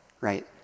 right